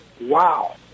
Wow